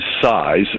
size